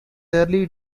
early